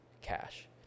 cash